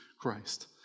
Christ